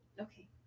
Okay